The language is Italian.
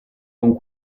con